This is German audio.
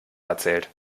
erzählt